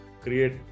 create